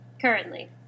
currently